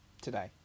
today